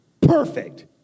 Perfect